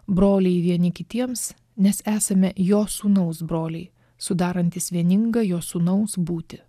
broliai vieni kitiems nes esame jos sūnaus broliai sudarantys vieningą jos sūnaus būtį